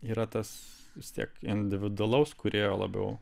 yra tas tiek individualaus kūrėjo labiau